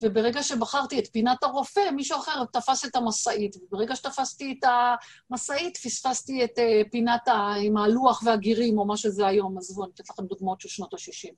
וברגע שבחרתי את פינת הרופא, מישהו אחר תפס את המשאית, וברגע שתפסתי את המשאית, פספסתי את פינת ה... עם הלוח והגירים, או מה שזה היום, אז בואו אני אתן לכם דוגמאות של שנות ה-60.